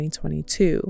2022